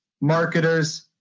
marketers